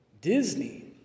Disney